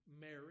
Mary